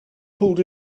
pulled